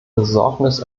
besorgnis